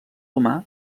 humà